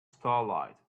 starlight